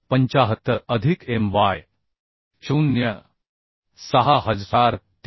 75 अधिक My 0